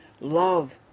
Love